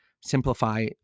simplify